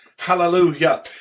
Hallelujah